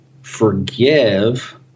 forgive –